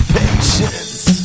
patience